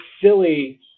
silly